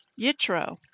Yitro